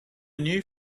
new